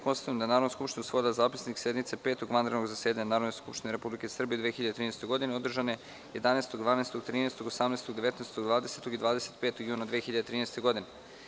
Konstatujem da je Narodna skupština usvojila Zapisnik sednice Petog vanrednog zasedanja Narodne skupštine Republike Srbije u 2013. godini, održane 11, 12, 13, 18, 19, 20. i 25. juna 2013. godine.